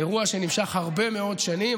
אירוע שנמשך הרבה מאוד שנים.